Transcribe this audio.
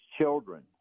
children